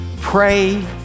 pray